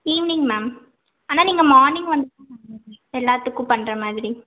evening ma'am ஆனால் நீங்கள் morning வந்துருங்க மேம் எங்கள் எல்லாத்துக்கும் பண்ணுறமாதிரி